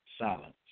silence